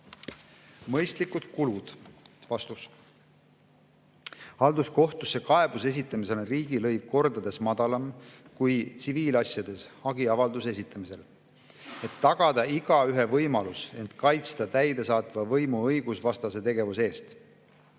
Mõistlikud kulud. Halduskohtusse kaebuse esitamisel on riigilõiv kordades madalam kui tsiviilasjades hagiavalduse esitamisel, et tagada igaühe võimalus end kaitsta täidesaatva võimu õigusvastase tegevuse eest.